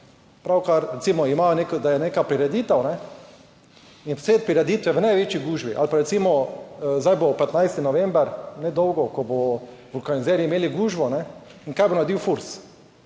pravkar, recimo imajo, da je neka prireditev in vse prireditve v največji gužvi, ali pa recimo zdaj bo 15. november nedolgo, ko bodo vulkanizerji imeli gužvo. In kaj bo naredil Furs?